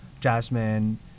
Jasmine